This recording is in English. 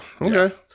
Okay